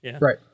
Right